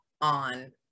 on